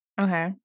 okay